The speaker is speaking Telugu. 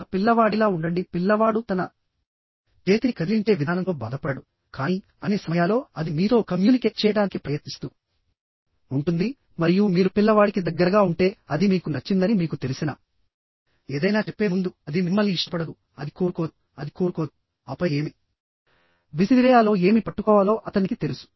ఒక పిల్లవాడిలా సహజంగా ఉండండి పిల్లవాడు తన చేతిని కదిలించే విధానంతో బాధపడడుకానీ అన్ని సమయాల్లో అది మీతో కమ్యూనికేట్ చేయడానికి ప్రయత్నిస్తూ ఉంటుంది మరియు మీరు పిల్లవాడికి దగ్గరగా ఉంటే అది మీకు నచ్చిందని మీకు తెలిసిన ఏదైనా చెప్పే ముందు అది మిమ్మల్ని ఇష్టపడదు అది కోరుకోదు అది కోరుకోదుఆపై ఏమి విసిరేయాలో ఏమి పట్టుకోవాలో అతనికి తెలుసు